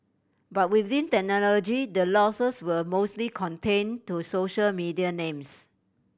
but within the losses were mostly contained to social media names